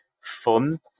fun